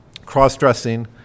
Cross-dressing